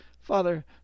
Father